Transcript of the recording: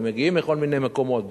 ומגיעים מכל מיני מקומות,